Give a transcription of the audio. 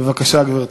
בבקשה, גברתי.